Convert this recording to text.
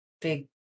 big